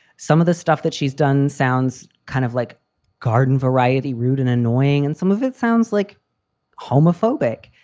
some of the stuff that she's done sounds kind of like garden variety, rude and annoying. and some of it sounds like homophobic,